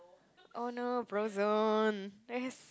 oh no Brozone that is